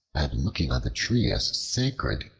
and looking on the tree as sacred,